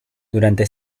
durante